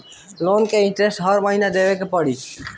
Loan के interest हर महीना देवे के पड़ी?